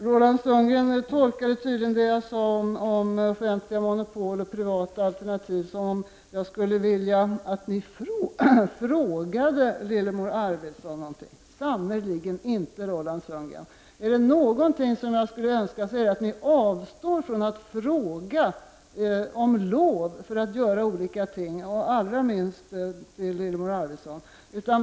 Roland Sundgren tolkade tydligen det jag sade om offentliga monopol och privata alternativ som om jag skulle vilja att ni frågade Lillemor Arvidsson. Sannerligen inte, Roland Sundgren. Är det något som jag skulle önska så är det att ni avstod från att fråga om lov för att göra olika saker, och jag vill allra minst att ni skall fråga Lillemor Arvidsson.